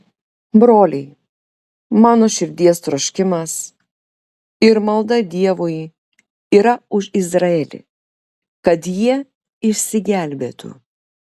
broliai mano širdies troškimas ir malda dievui yra už izraelį kad jie išsigelbėtų